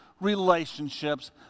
relationships